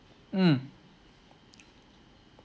mm